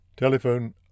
Telephone